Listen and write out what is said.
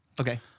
Okay